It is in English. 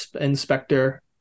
inspector